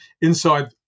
inside